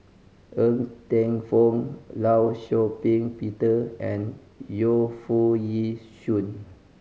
Ng Teng Fong Law Shau Ping Peter and Yu Foo Yee Shoon